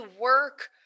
work